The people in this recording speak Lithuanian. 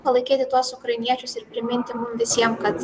palaikyti tuos ukrainiečius ir priminti mum visiem kad